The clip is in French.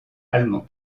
allemand